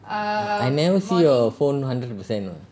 I never see your phone hundred per cent know